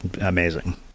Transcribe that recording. amazing